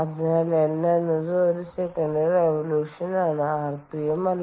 അതിനാൽ N എന്നത് ഒരു സെക്കൻഡിൽ റെവോല്യൂഷൻ ആണ് rpm അല്ല